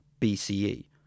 BCE